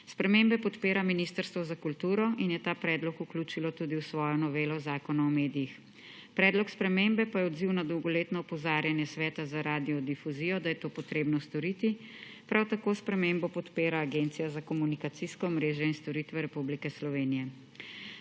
Spremembe podpira Ministrstvo za kulturo in je ta predlog vključilo tudi v svojo novela Zakona o medijih. Predlog spremembe pa je odziv na dolgoletno opozarjanje Sveta za radiodifuzijo, da je to potrebno storiti, prav tako spremembo podpira Agencija za komunikacijsko omrežje in storitve Republike Slovenije.